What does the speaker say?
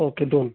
okay दोन